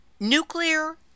nuclear